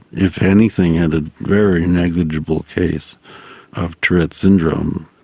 if anything, had a very negligible case of tourette's syndrome.